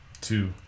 Two